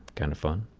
kind of fun.